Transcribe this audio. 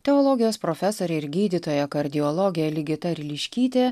teologijos profesorė ir gydytoja kardiologė ligita ryliškytė